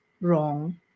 wrong